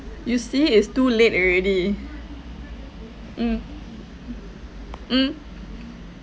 you see it's too late already mm mm